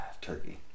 Turkey